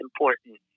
important